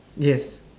yes